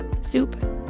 soup